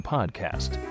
Podcast